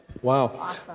Wow